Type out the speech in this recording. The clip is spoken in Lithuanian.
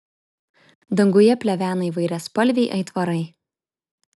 danguje plevena įvairiaspalviai aitvarai